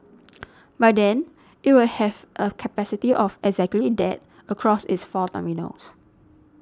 by then it will have a capacity of exactly that across its four terminals